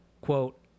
quote